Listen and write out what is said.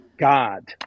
God